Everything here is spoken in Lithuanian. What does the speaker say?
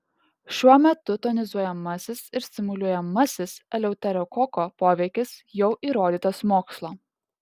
šiuo metu tonizuojamasis ir stimuliuojamasis eleuterokoko poveikis jau įrodytas mokslo